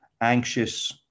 anxious